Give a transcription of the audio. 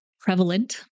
prevalent